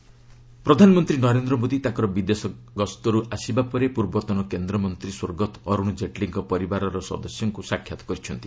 PM Jaitley ପ୍ରଧାନମନ୍ତ୍ରୀ ନରେନ୍ଦ୍ର ମୋଦୀ ତାଙ୍କର ବିଦେଶ ଗସ୍ତରୁ ଆସିବା ପରେ ପୂର୍ବତନ କେନ୍ଦ୍ରମନ୍ତ୍ରୀ ସ୍ୱର୍ଗତ ଅରୁଣ ଜେଟଲୀଙ୍କ ପରିବାରର ସଦସ୍ୟଙ୍କୁ ସାକ୍ଷାତ କରିଛନ୍ତି